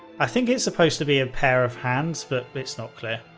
i think it's supposed to be a pair of hands, but it's not clear.